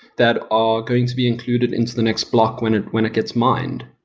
that are going to be included into the next block when it when it gets mined